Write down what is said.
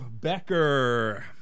becker